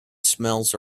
smells